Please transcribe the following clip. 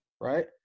right